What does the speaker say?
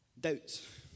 doubts